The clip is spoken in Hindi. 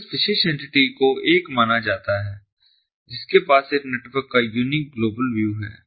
तो इस विशेष एंटिटी को एक माना जाता है जिसके पास इस नेटवर्क का यूनीक ग्लोबल व्यू है